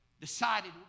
decided